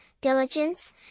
diligence